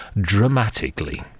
dramatically